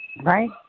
Right